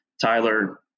Tyler